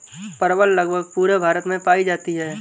परवल लगभग पूरे भारत में पाई जाती है